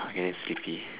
okay sleepy